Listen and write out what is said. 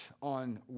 on